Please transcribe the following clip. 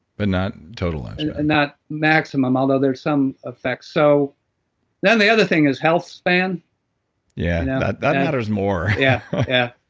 but not total lifespan and and not maximum, although there's some effect. so yeah the other thing is health span yeah yeah. that matters more yeah, yeah.